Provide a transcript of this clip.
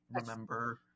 remember